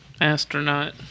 Astronaut